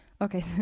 okay